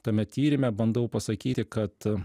tame tyrime bandau pasakyti kad